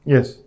Yes